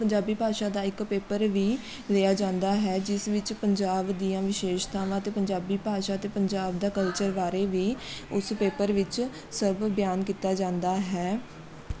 ਪੰਜਾਬੀ ਭਾਸ਼ਾ ਦਾ ਇੱਕ ਪੇਪਰ ਵੀ ਲਿਆ ਜਾਂਦਾ ਹੈ ਜਿਸ ਵਿੱਚ ਪੰਜਾਬ ਦੀਆਂ ਵਿਸ਼ੇਸ਼ਤਾਵਾਂ ਅਤੇ ਪੰਜਾਬੀ ਭਾਸ਼ਾ ਅਤੇ ਪੰਜਾਬ ਦਾ ਕਲਚਰ ਬਾਰੇ ਵੀ ਉਸ ਪੇਪਰ ਵਿੱਚ ਸਭ ਬਿਆਨ ਕੀਤਾ ਜਾਂਦਾ ਹੈ